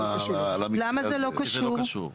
למה זה לא קשור?